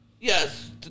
Yes